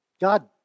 God